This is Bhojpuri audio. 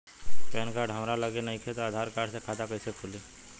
पैन कार्ड हमरा लगे नईखे त आधार कार्ड से खाता कैसे खुली?